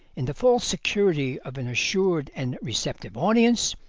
in the false security of an assured and receptive audience,